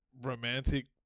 romantic